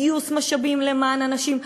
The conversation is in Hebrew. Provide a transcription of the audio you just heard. גיוס משאבים למען אנשים.